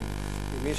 גם אמי,